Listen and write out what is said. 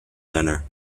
center